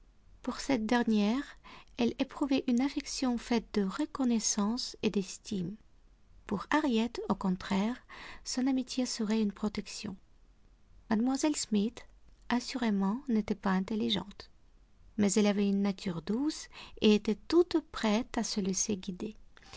pour cette dernière elle éprouvait une affection faite de reconnaissance et d'estime pour harriet au contraire son amitié serait une protection mlle smith assurément n'était pas intelligente mais elle avait une nature douce et était toute prête à se laisser guider